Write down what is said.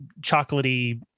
chocolatey